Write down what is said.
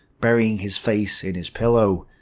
burying his face in his pillow.